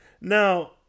Now